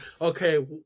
Okay